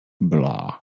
blah